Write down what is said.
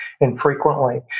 infrequently